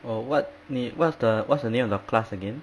oh what na~ what's the what's the name of the class again